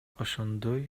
ошондой